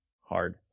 hard